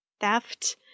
theft